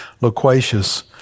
loquacious